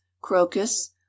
crocus